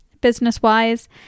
business-wise